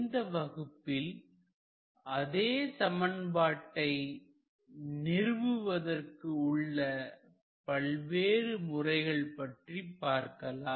இந்த வகுப்பில் அதே சமன்பாட்டை நிறுவுவதற்கு உள்ள பல்வேறு முறைகள் பற்றி பார்க்கலாம்